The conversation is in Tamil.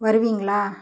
வருவீங்களா